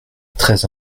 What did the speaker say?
très